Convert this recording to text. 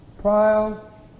Trial